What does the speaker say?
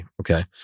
Okay